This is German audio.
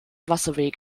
wasserweg